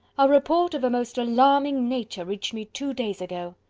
a report of a most alarming nature reached me two days ago.